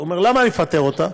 הוא שואל: למה שאני אפטר אותה?